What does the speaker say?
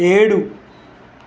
ఏడు